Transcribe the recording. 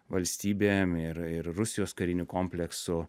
valstybė ir ir rusijos kariniu kompleksu